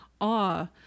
awe